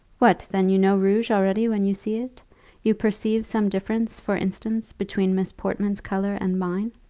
what, then you know rouge already when you see it you perceive some difference, for instance, between miss portman's colour and mine?